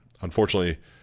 Unfortunately